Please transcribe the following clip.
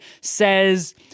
says